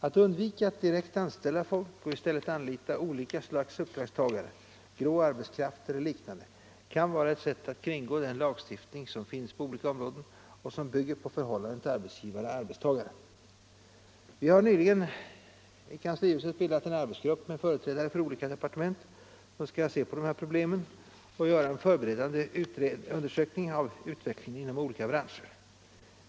Att undvika att direkt anställa folk och i stället anlita Måndagen den olika slags uppdragstagare, grå arbetskraft eller liknande kan vara ett 9 december 1974 sätt att kringgå den lagstiftning som finns på olika områden och som bygger på förhållandet arbetsgivare-arbetstagare. Ang. kommissio Vi har nyligen bildat en arbetsgrupp med företrädare för olika depar = närs ställning enligt tement som skall se på de här problemen och göra en förberedande un = lagen om kommis dersökning av utvecklingen inom olika branscher.